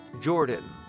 Jordan